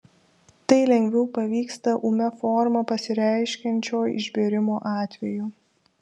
tai lengviau pavyksta ūmia forma pasireiškiančio išbėrimo atveju